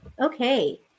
okay